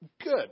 Good